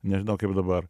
nežinau kaip dabar